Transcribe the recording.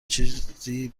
چیزی